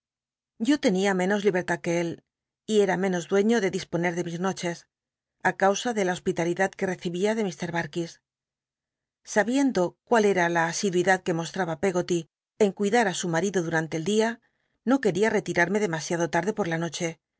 yo ten ia menos libertad que él y era menos dueño de disponer ele mis noche á causa de la hospitalidad que recibía de ir darkis sabiendo cmíl era la asidu idad que mostraba peggoty en cuidar á su marido durante el dia noqueria retirarme demalh que siado l ll'de por la noche